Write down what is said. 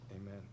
Amen